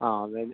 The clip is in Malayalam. ആ അതായത്